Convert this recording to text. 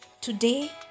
Today